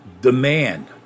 demand